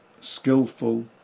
skillful